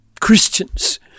Christians